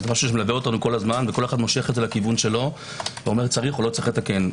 כל אחד מושך לכיוון שלו ואומר אם צריך או לא צריך לתקן.